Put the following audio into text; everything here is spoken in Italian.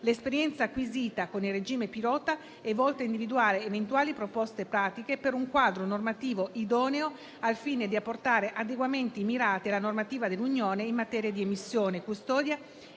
L'esperienza acquisita con il regime pilota è volta a individuare eventuali proposte pratiche per un quadro normativo idoneo al fine di apportare adeguamenti mirati alla normativa dell'Unione europea in materia di emissione, custodia